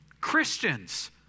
Christians